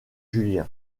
julien